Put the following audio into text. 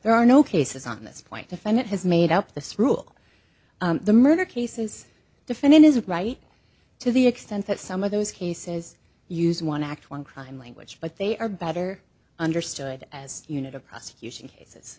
there are no cases on this point defendant has made up the rule the murder case is different in his right to the extent that some of those cases use one act one crime language but they are better understood as unit of prosecution cases